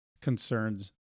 concerns